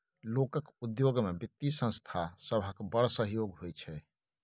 लोकक उद्योग मे बित्तीय संस्था सभक बड़ सहयोग होइ छै